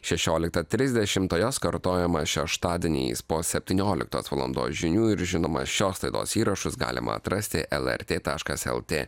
šešioliktą trisdešimt o jos kartojimas šeštadieniais po septynioliktos valandos žinių ir žinoma šios laidos įrašus galima atrasti lrt taškas lt